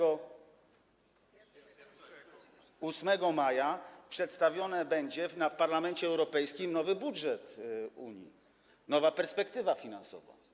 8 maja przedstawiony będzie w Parlamencie Europejskim nowy budżet Unii, nowa perspektywa finansowa.